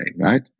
right